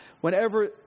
whenever